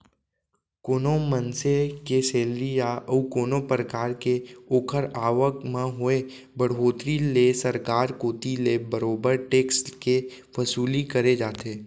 कोनो मनसे के सेलरी या अउ कोनो परकार के ओखर आवक म होय बड़होत्तरी ले सरकार कोती ले बरोबर टेक्स के वसूली करे जाथे